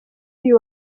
uyu